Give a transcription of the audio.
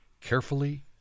carefully